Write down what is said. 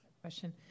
Question